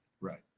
Right